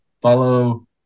Follow